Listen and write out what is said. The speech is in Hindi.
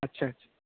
अच्छा अच्छा